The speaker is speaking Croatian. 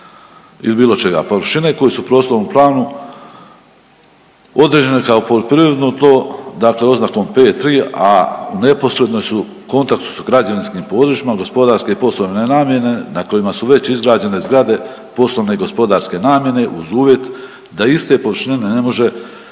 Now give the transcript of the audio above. ili bilo čega? Površine koje su u prostornom planu određene kao poljoprivredno tlo dakle oznakom P3, a neposredno su, u kontaktu su sa građevinskim područjima gospodarske i poslovne namjene na kojima su već izgrađene zgrade poslovne i gospodarske namjene uz uvjet da ista površina ne može